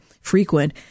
frequent